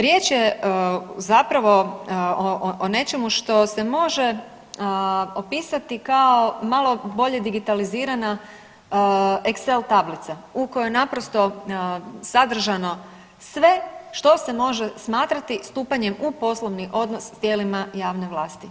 Riječ je zapravo o nečemu što se može opisati kao malo bolje digitalizirana excel tablica u kojoj je naprosto sadržano sve što se može smatrati stupanjem u poslovni odnos s tijelima javne vlasti.